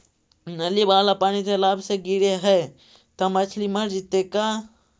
नली वाला पानी तालाव मे गिरे है त मछली मर जितै का?